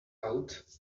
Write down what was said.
out